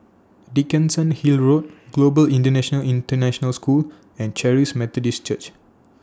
Dickenson Hill Road Global Indian International School and Charis Methodist Church